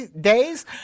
days